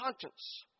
conscience